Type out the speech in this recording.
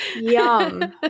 yum